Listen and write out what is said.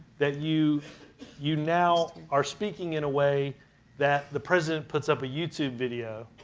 that you you now are speaking in a way that the president puts up a youtube video,